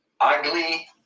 ugly